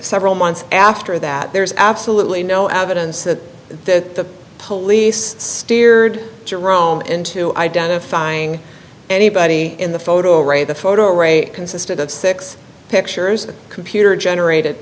several months after that there's absolutely no evidence that the police steered jerome into identifying anybody in the photo array the photo array consisted of six pictures of computer generated